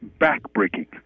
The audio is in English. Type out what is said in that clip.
backbreaking